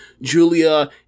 Julia